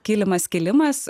kilimas kilimas